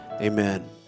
amen